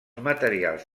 materials